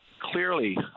clearly